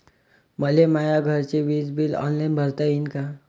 मले माया घरचे विज बिल ऑनलाईन भरता येईन का?